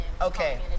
Okay